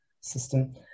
system